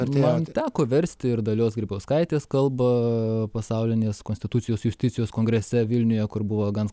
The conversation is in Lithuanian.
man teko versti ir dalios grybauskaitės kalbą pasaulinės konstitucijos justicijos kongrese vilniuje kur buvo gan